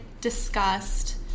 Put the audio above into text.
discussed